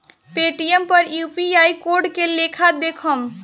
Paytm पर UPI code के लेखा देखम?